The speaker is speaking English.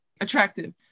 attractive